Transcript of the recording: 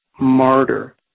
martyr